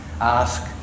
ask